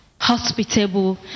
hospitable